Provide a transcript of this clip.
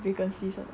vacancy or not